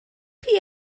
chi